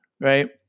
right